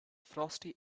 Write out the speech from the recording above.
frosty